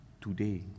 today